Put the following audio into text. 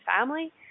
family